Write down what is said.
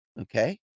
Okay